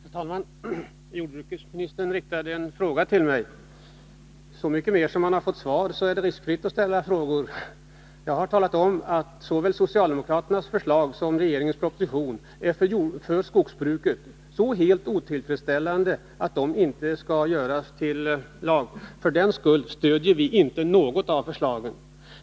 Herr talman! Jordbruksministern riktade en fråga till mig. Det är riskfritt att ställa en sådan fråga, så mycket mera som han redan har fått svar på den. Jag har talat om att såväl socialdemokraternas förslag som propositionen är så otillfredsställande för skogsbruket att de inte skall göras till lag. Därför stöder vi inte något av förslagen.